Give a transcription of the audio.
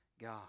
God